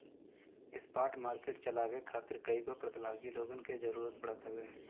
spot market के चलावे खातिर कईगो प्रतिभागी लोगन के जरूतर पड़त हवे